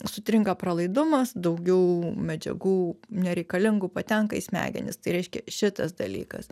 sutrinka pralaidumas daugiau medžiagų nereikalingų patenka į smegenis tai reiškia šitas dalykas